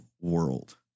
world